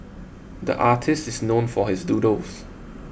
the artist is known for his doodles